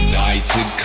United